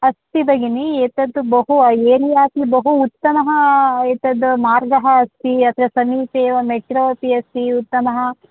अस्ति भगिनि एतत् बहु एरियापि बहु उत्तमः एतद् मार्गः अस्ति अत्र समीपे एव मेट्रो अपि अस्ति उत्तमः